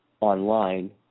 online